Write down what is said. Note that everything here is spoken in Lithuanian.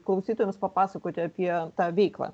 klausytojams papasakoti apie tą veiklą